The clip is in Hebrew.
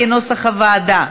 כנוסח הוועדה.